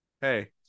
Hey